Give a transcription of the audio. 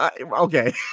okay